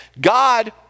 God